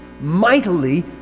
mightily